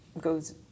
goes